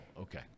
okay